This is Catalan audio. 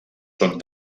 són